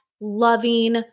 loving